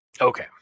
Okay